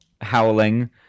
howling